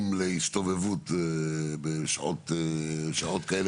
להחליט האם הוא מממש בעצמו ויוכל לממש בעצמו אם הוא